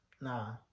nah